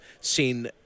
seen